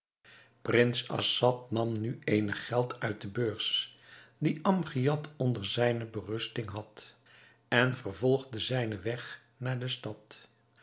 prins assad nam nu eenig geld uit de beurs die amgiad onder zijne berusting had en vervolgde zijnen weg naar de stad